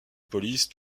police